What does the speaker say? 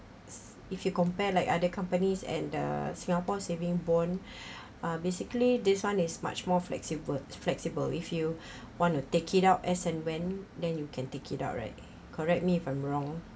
if you compare like other companies and the singapore saving bond uh basically this one is much more flexible flexible with you want to take it out as and when then you can take it out right correct me if I'm wrong